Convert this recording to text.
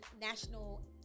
national